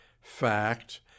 Fact